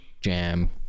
jam